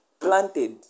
planted